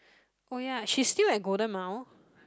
oh ya she's still at Golden Mile